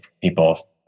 people